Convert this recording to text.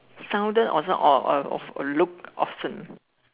sounded or or look often